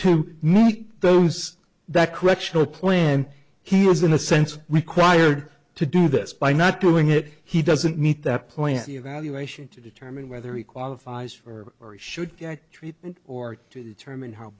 to make those that correctional plan here is in a sense required to do this by not doing it he doesn't meet that plant evaluation to determine whether he qualifies for or he should get treatment or to determine how